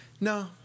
No